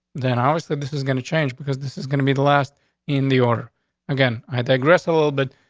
then i always said this is going to change because this is gonna be the last in the order again. i had aggressive little but